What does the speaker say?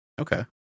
Okay